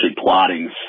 plotting